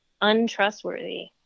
untrustworthy